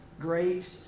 Great